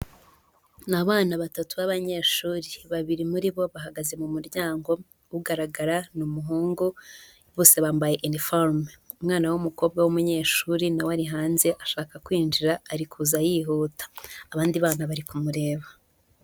Ni abana batatu b'abanyeshuri. Babiri muri bo, bahagaze mu muryango, ugaragara ni umuhungu, bose bambaye iniforume. Umwana w'umukobwa w'umunyeshuri na we ari hanze, ashaka kwinjira ari kuza yihuta. Abandi bana bari kumureba.